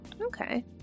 Okay